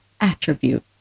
attribute